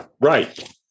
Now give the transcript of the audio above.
Right